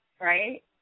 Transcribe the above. right